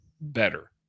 better